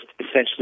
essentially